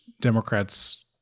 Democrats